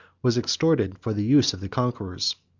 was extorted for the use of the conquerors.